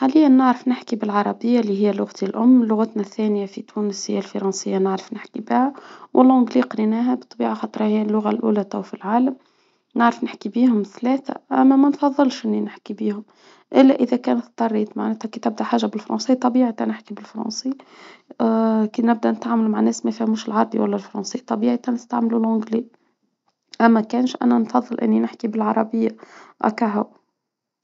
حاليا نعرف نحكي بالعربية اللي هي لغتى الأم، لغتنا الثانية في تونس، هي الفرنسية، نعرف نحكي بها، والانجليه قرينها بالطبيعة، خاطر هي اللغة الأولى توا في العالم، نعرف نحكي بهم ثلاثة، أما ما نفضلش إني نحكي بهم إلا إذا كان اضطريت معناتها كتبت حاجة بالفرنسية، طبيعة نحكي بالفرنسي كنبدأ نتعامل مع ناس ما فهموش العربي ولا الفرنسية، طبيعي نستعملو الأنجليه، أما كانش أنا نفضل إني نحكي بالعربية. أك هو